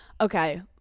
Okay